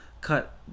cut